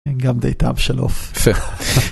אין גם די טעם של עוף.